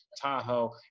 Tahoe